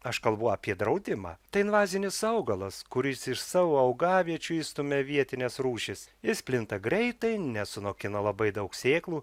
aš kalbu apie draudimą tai invazinis augalas kuris iš savo augaviečių išstumia vietines rūšis jis plinta greitai nes sunokina labai daug sėklų